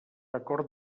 acord